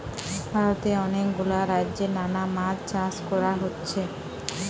ভারতে অনেক গুলা রাজ্যে নানা মাছ চাষ কোরা হচ্ছে